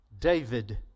David